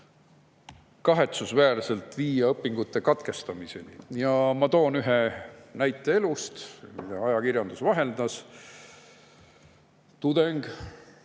kahetsusväärselt viia õpingute katkestamiseni. Ma toon ühe näite elust, mille ajakirjandus vahendas. Tudeng